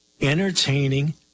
entertaining